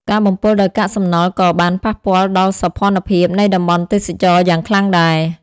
ការបំពុលដោយកាកសំណល់ក៏បានប៉ះពាល់ដល់សោភ័ណភាពនៃតំបន់ទេសចរណ៍យ៉ាងខ្លាំងដែរ។